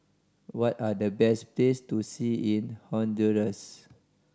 what are the best place to see in Honduras